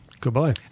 Goodbye